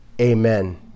Amen